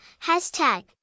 hashtag